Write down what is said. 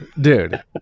Dude